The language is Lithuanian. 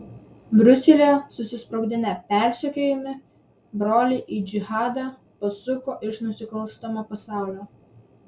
briuselyje susisprogdinę persekiojami broliai į džihadą pasuko iš nusikalstamo pasaulio